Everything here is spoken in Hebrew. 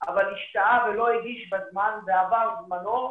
ולייצר את הליווי הזה,